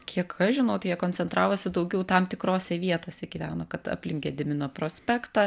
kiek aš žinau tai jie koncentravosi daugiau tam tikrose vietose gyveno kad aplink gedimino prospektą